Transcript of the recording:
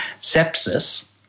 Sepsis